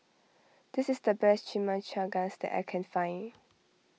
this is the best Chimichangas that I can find